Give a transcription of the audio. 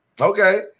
Okay